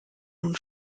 nun